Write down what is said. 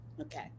Okay